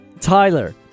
Tyler